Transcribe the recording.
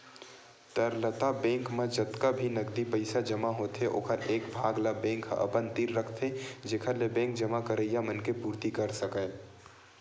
तरलता बेंक म जतका भी नगदी पइसा जमा होथे ओखर एक भाग ल बेंक ह अपन तीर रखथे जेखर ले बेंक जमा करइया मनखे के पुरती कर सकय